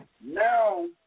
Now